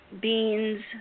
beans